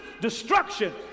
destruction